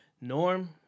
Norm